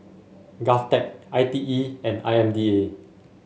Govtech I T E and I M D A